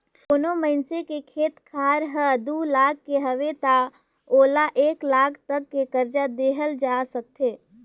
कोनो मइनसे के खेत खार हर दू लाख के हवे त ओला एक लाख तक के करजा देहल जा सकथे